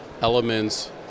elements